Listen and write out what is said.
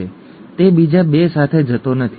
તે બીજા ૨ સાથે જતો નથી